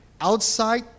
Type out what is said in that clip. outside